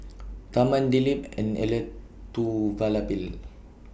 Tharman Dilip and Elattuvalapil